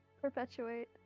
Perpetuate